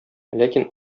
ләкин